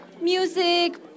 music